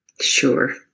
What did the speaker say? Sure